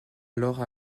alors